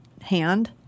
hand